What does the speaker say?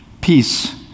peace